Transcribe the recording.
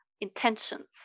intentions